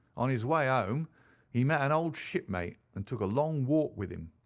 on his way ah home he met an old shipmate, and took a long walk with him.